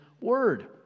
Word